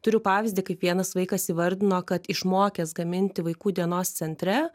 turiu pavyzdį kaip vienas vaikas įvardino kad išmokęs gaminti vaikų dienos centre